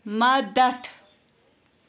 مدتھ